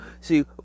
see